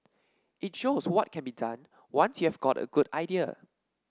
it shows what can be done once you've got a good idea